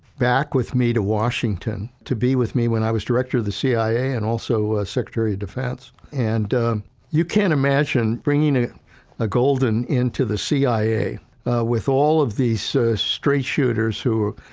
back with me to washington to be with me when i was drinking the cia and also secretary of defense. and you can't imagine bringing a golden into the cia with all of these straight shooters, who,